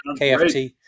KFT